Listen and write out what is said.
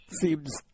seems